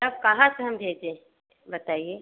तब कहाँ से हम भेजें बताइए